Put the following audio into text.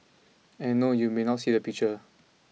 and no you may not see a picture